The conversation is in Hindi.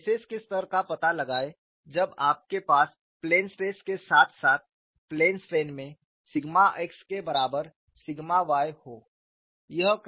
स्ट्रेसेस के स्तर का पता लगाएं जब आपके पास प्लेन स्ट्रेस के साथ साथ प्लेन स्ट्रेन में सिग्मा x के बराबर सिग्मा y हो